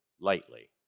lightly